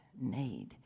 need